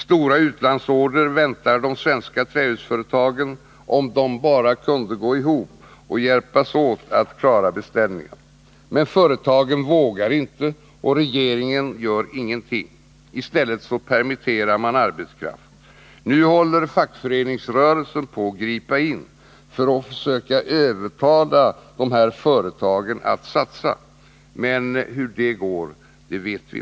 Stora utlandsorder väntar de svenska trähusföretagen, om de bara kan gå ihop och hjälpas åt att klara beställningarna. Men företagen vågar inte och regeringen gör ingenting. I stället permitterar man arbetskraft. Nu håller fackföreningsrörelsen på att gripa in, för att försöka övertala de här företagen att satsa, men hur det går vet vi inte.